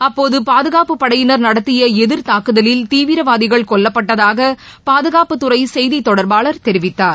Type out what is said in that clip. அப்போது பாதுகாப்புப் படையினர் நடத்திய எதிர்தாக்குதலில் தீவிரவாதிகள் கொல்லப்பட்டதாக பாதுகாப்புத்துறை செய்தித் தொடர்பாளர் தெரிவித்தார்